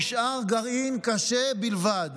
נשאר גרעין קשה בלבד.